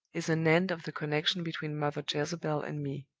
is an end of the connection between mother jezebel and me.